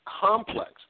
complex